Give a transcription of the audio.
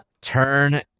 turn